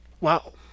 Wow